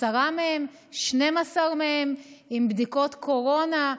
עשרה מהם, 12 מהם, עם בדיקות קורונה.